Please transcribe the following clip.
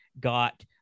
got